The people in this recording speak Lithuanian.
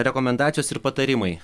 rekomendacijos ir patarimai